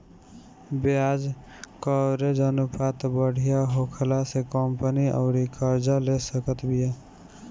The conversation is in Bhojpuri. ब्याज कवरेज अनुपात बढ़िया होखला से कंपनी अउरी कर्जा ले सकत बिया